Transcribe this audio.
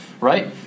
right